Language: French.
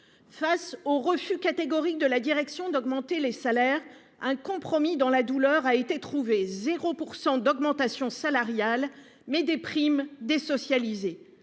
Face au refus catégorique de la direction d'augmenter les salaires. Un compromis dans la douleur a été trouvé. 0% d'augmentation salariale, mais des primes des socialiser